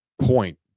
point